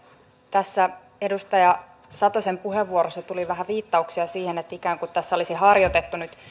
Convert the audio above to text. tässä edustaja satosen puheenvuorossa tuli vähän viittauksia siihen että tässä olisi ikään kuin harjoitettu nyt